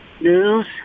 news